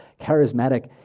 charismatic